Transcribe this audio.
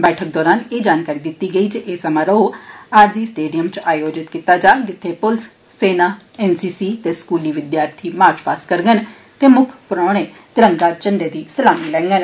बैठक दौरान एह् जानकारी दित्ती गेई जे एह् समारोह अराजी स्टेडियम इच आयोजित कीत्ता जाग जित्थे पुलस सेना एन सी सी ते स्कुली विद्यार्थिएं मार्च पास्ट करडन ते मुक्ख परोहने तिरंगे झंडे दी सलामी लैडन